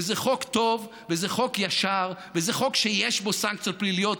זה חוק טוב וזה חוק ישר וזה חוק שיש בו סנקציות פליליות.